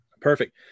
Perfect